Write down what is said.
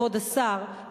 כבוד השר,